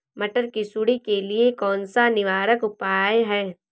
मटर की सुंडी के लिए कौन सा निवारक उपाय है?